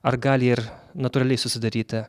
ar gali ir natūraliai susidaryti